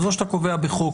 אז או שאתה קובע בחוק